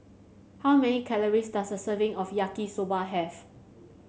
how many calories does a serving of Yaki Soba have